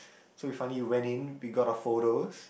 so we finally went in we got our photos